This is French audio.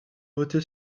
voter